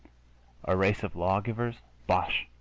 a race of lawgivers? bosh!